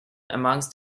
amongst